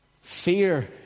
Fear